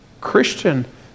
Christian